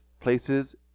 places